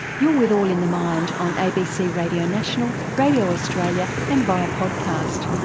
you're with all in the mind on abc radio national, radio australia and via podcast.